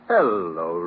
Hello